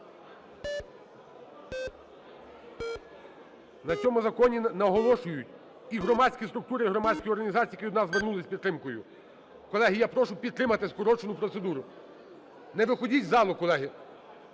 На цьому законі наголошують і громадські структури, і громадські організації, які до нас звернулися за підтримкою. 10:56:26 За-147 Колеги, я прошу підтримати скорочену процедуру. Не виходьте з залу, колеги.